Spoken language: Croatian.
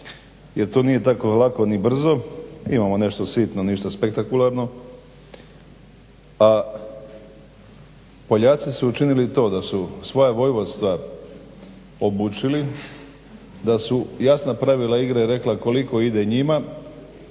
jer to nije tako lako ni brzo, imamo nešto sitno, ništa spektakularno, a Poljaci su učinili to da su svoja vojvodstva obučili, da su jasna pravila igre rekla koliko ide njima